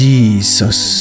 Jesus